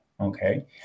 Okay